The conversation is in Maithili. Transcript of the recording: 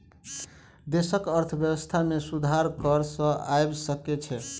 देशक अर्थव्यवस्था में सुधार कर सॅ आइब सकै छै